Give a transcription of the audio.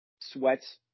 sweats